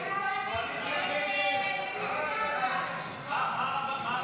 הסתייגות 36 לא נתקבלה.